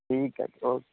ਠੀਕ ਐ ਜੀ ਓਕੇ